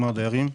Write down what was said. עם הדיירים,